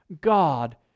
God